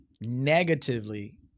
negatively